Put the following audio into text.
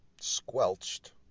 squelched